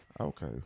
Okay